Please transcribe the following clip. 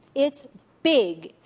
it's big.